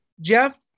Jeff